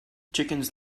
chickens